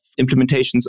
implementations